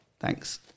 Thanks